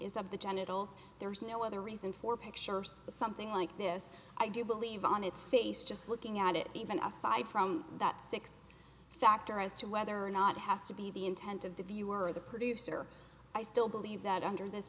of the genitals there is no other reason for pictures something like this i do believe on its face just looking at it even aside from that six factor as to whether or not it has to be the intent of the viewer the producer i still believe that under this